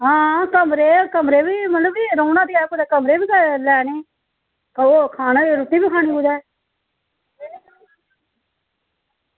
आं कमरे कमरे कुदै रौह्ना बी ऐ ते कमरे बी लैने आं ओह् रुट्टी बी खानी कुदै